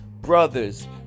...brothers